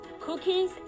cookies